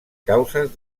causes